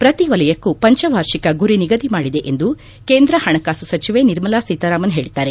ಪ್ರತಿ ವಲಯಕ್ಕೂ ಪಂಚವಾರ್ಷಿಕ ಗುರಿ ನಿಗದಿ ಮಾಡಿದೆ ಎಂದು ಕೇಂದ್ರ ಹಣಕಾಸು ಸಚಿವೆ ನಿರ್ಮಲಾ ಸೀತಾರಾಮನ್ ಹೇಳಿದ್ದಾರೆ